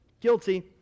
Guilty